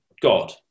God